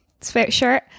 sweatshirt